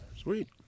Sweet